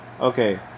Okay